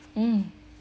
mm